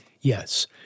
yes